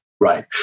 Right